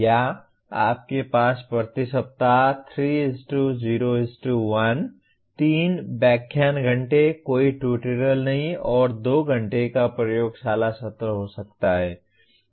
या आपके पास प्रति सप्ताह 3 0 1 3 व्याख्यान घंटे कोई ट्यूटोरियल नहीं और 2 घंटे का प्रयोगशाला सत्र हो सकता है